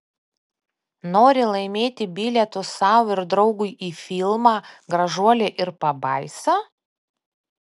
nori laimėti bilietus sau ir draugui į filmą gražuolė ir pabaisa